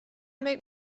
make